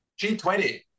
G20